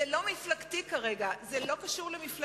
זה לא מפלגתי כרגע, זה לא קשור למפלגה.